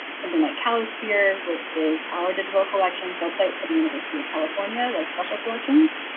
something like cow sphere which is our digital collections website for the university of california like special collections.